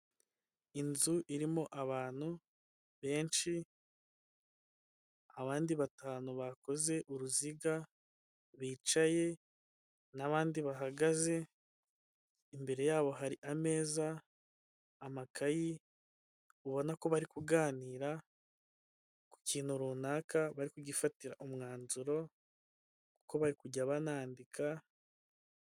Inzu irimo abantu benshi, abandi batanu bakoze uruziga bicaye n'abandi bahagaze, imbere yabo hari ameza, amakayi ubona ko bari kuganira ku kintu runaka bari kugifatira umwanzuro kuko bari kujya banandika.